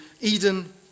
Eden